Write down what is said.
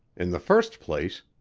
in the first place,